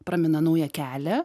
pramina naują kelią